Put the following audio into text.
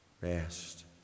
rest